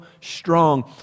strong